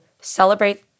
celebrate